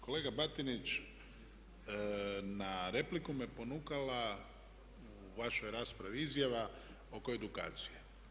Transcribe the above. Kolega Batinić, na repliku me ponukala u vašoj raspravi izjava oko edukacije.